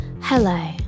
Hello